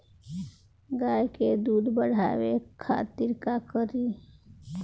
गाय के दूध बढ़ावे खातिर का करी?